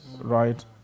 Right